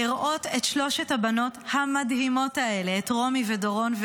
תודה רבה, אדוני היושב בראש.